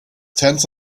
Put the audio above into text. tense